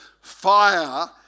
fire